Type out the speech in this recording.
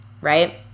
right